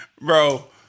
Bro